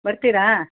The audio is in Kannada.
ಬರ್ತಿರಾ